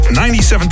97